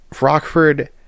Rockford